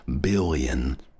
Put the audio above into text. billion